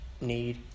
need